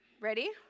ready